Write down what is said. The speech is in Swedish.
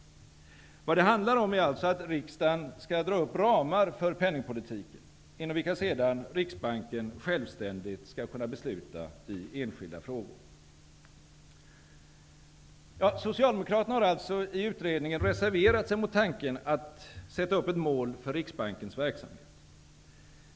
Vad det handlar om är alltså att riksdagen skall dra upp ramar för penningpolitiken, inom vilka sedan Riksbanken självständigt skall kunna besluta i enskilda frågor. Socialdemokraterna har i utredningen reserverat sig mot tanken att sätta upp ett mål för Riksbankens verksamhet.